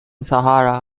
sahara